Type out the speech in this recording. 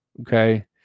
okay